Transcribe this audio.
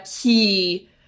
key